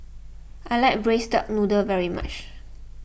I like Braised Duck Noodle very much